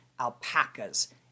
alpacas